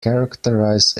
characterize